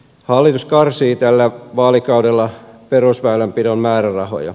hallitus karsii tällä vaalikaudella perusväylänpidon määrärahoja